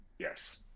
yes